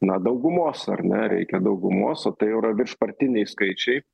na daugumos ar ne reikia daugumos o tai jau yra virš partiniai skaičiai